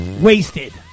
wasted